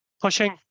pushing